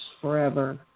forever